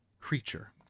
creature